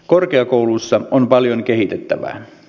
korkeakouluissa on paljon kehitettävää